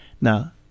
Now